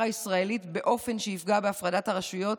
הישראלית באופן שיפגע בהפרדת הרשויות